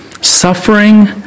suffering